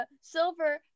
Silver